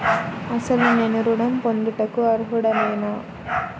అసలు నేను ఋణం పొందుటకు అర్హుడనేన?